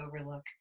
overlook